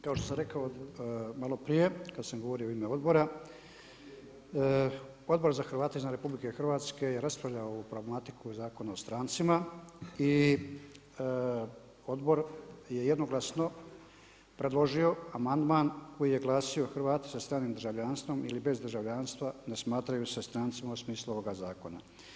Kao što sam rekao malo prije, kada sam govorio u ime Odbora, Odbor za Hrvate izvan RH je raspravljao ovu pragmatiku Zakona o strancima i odbor je jednoglasno predložio amandman koji je glasio hrvati sa stranim državljanstvom ili bez državljanstva ne smatraju se strancima u smislu ovoga zakona.